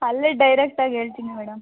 ಅಲ್ಲೆ ಡೈರೆಕ್ಟಾಗಿ ಹೇಳ್ತೀನಿ ಮೇಡಮ್